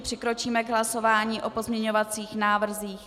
Přikročíme k hlasování o pozměňovacích návrzích.